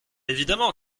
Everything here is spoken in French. évidemment